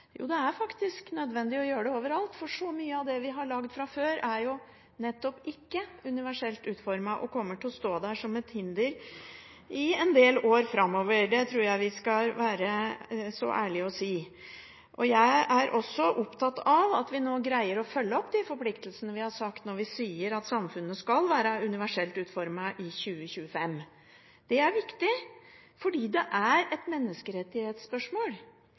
Jo, det er faktisk nødvendig å gjøre det overalt, for så mye av det vi har laget fra før, er nettopp ikke universelt utformet og kommer til å stå der som et hinder i en del år framover. Det tror jeg vi skal være så ærlige å si. Jeg er også opptatt av at vi greier å følge opp de forpliktelsene vi har sagt ja til – når vi sier at samfunnet skal være universelt utformet i 2025. Det er viktig fordi det er et menneskerettighetsspørsmål.